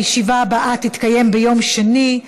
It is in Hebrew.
הישיבה הבאה תתקיים ביום שני,